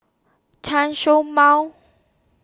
Chen Show Mao